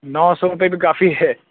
نو سو روپے بھی کافی ہے